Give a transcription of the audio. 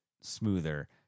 smoother